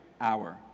hour